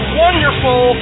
wonderful